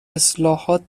اصلاحات